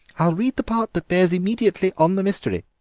i'll read the part that bears immediately on the mystery.